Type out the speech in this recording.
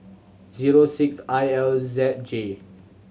zero six I L Z J